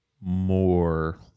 more